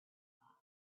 thought